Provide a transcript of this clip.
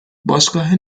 باشگاه